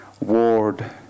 Ward